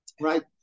right